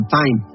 time